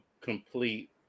complete